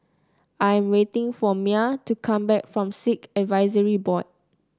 I am waiting for Myah to come back from Sikh Advisory Board